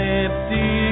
empty